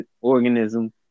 organism